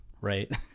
right